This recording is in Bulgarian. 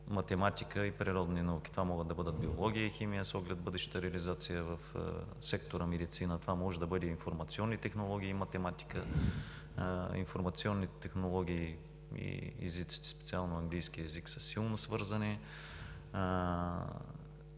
математика и природни науки, това могат да бъдат биология и химия с оглед бъдещата реализация в сектора „Медицина“, това могат да бъдат информационни технологии и математика, информационни технологии и езици – специално с английския език са силно свързани,